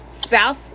spouse